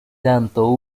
tanto